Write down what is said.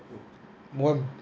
more